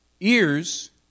Ears